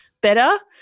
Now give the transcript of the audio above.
better